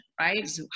right